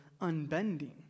unbending